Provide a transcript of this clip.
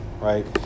right